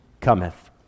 cometh